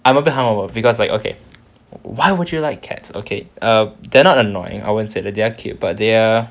I'm a bit hungover because like okay why would you like cats okay err they're not annoying I wouldn't say that they're cute but they are